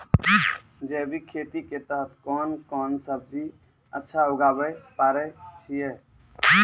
जैविक खेती के तहत कोंन कोंन सब्जी अच्छा उगावय पारे छिय?